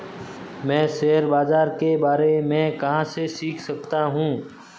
मैं शेयर बाज़ार के बारे में कहाँ से सीख सकता हूँ?